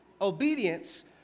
obedience